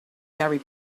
gary